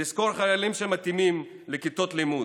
לשכור חללים שמתאימים לכיתות לימוד,